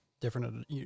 Different